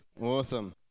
awesome